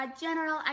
general